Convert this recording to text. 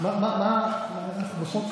אתה צודק.